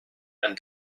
and